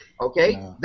Okay